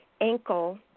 ankle